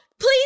Please